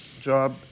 job